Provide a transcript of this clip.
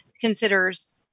considers